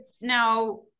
now